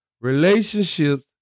relationships